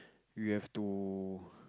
we have to